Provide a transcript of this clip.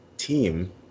team